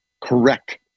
correct